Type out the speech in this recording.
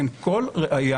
אין כל ראיה